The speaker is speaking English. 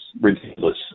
ridiculous